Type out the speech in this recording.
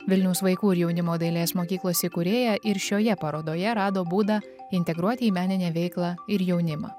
vilniaus vaikų ir jaunimo dailės mokyklos įkūrėja ir šioje parodoje rado būdą integruoti į meninę veiklą ir jaunimą